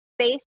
space